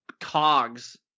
cogs